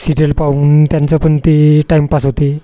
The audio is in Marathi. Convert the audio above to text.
सिरियल पाहून त्यांचं पण ते टाइमपास होते